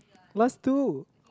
last two